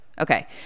Okay